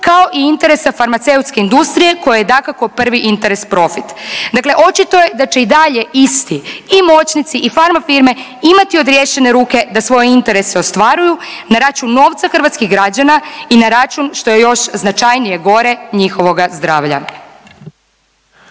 kao i interesa farmaceutske industrije kojoj je dakako prvi interes profit. Dakle, očito je da će i dalje isti i moćnici i farma firme imati odriješene ruke da svoje interese ostvaruju na račun novca hrvatskih građana i na račun što je još značajnije, gore njihovoga zdravlja.